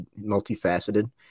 multifaceted